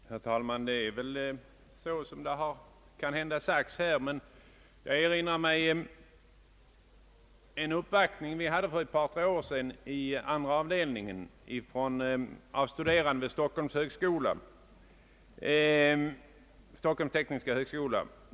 Herr talman! Det är väl så som det har sagts här, men jag erinrar mig en uppvaktning som vi hade för ett par tre år sedan i statsutskottets andra av delning av studerande vid Stockholms tekniska högskola.